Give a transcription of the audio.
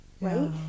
right